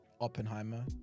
Oppenheimer